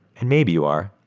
and maybe you are,